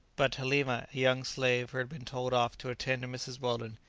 but halima, a young slave who had been told off to attend to mrs. weldon,